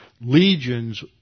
legions